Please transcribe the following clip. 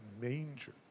manger